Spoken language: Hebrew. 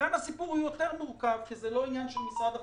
כאן הסיפור הוא יותר מורכב כי זה לא עניין של משרד החינוך,